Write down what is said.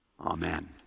Amen